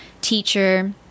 teacher